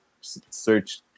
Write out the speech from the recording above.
search